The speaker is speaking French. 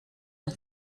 ans